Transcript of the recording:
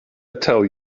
tell